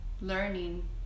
learning